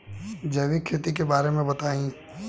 जैविक खेती के बारे में बताइ